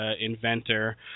inventor